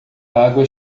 água